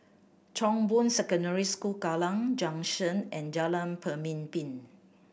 Chong Boon Secondary School Kallang Junction and Jalan Pemimpin